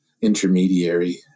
intermediary